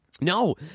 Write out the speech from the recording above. No